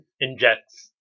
injects